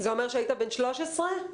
שהיית בן 13?